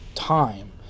Time